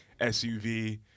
SUV